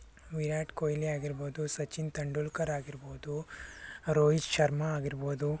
ವಿರಾಟ್ ಕೊಹ್ಲಿ ಆಗಿರ್ಬೋದು ಸಚಿನ್ ತೆಂಡುಲ್ಕರ್ ಆಗಿರ್ಬೋದು ರೋಹಿತ್ ಶರ್ಮ ಆಗಿರ್ಬೋದು